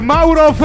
Mauro